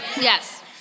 Yes